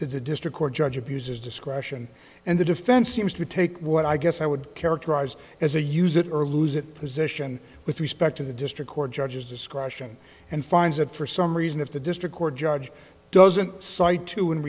to the district court judge abuses discretion and the defense seems to take what i guess i would characterize as a use it or lose it position with respect to the district court judge's discretion and finds that for some reason if the district court judge doesn't cite to and